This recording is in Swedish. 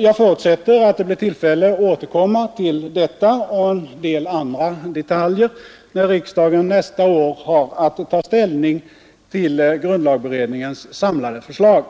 Jag förutsätter att det blir tillfälle att återkomma till detta och en del andra detaljer när riksdagen nästa år har att ta ställning till grundlagberedningens samlade förslag.